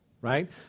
right